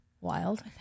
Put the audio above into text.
wild